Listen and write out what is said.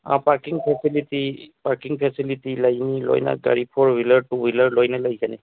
ꯑꯥ parking facility parking facility ꯂꯩꯅꯤ ꯂꯣꯏꯅ ꯒꯥꯔꯤ ꯐꯣꯔ ꯋꯤꯜꯂꯔ ꯇꯨ ꯋꯤꯜꯂꯔ ꯂꯣꯏꯅ ꯂꯩꯒꯅꯤ